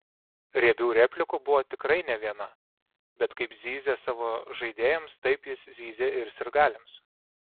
riebių replikų buvo tikrai ne viena bet kaip zyzė savo žaidėjams taip jis zyzė ir sirgaliams